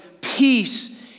peace